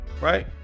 Right